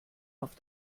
auf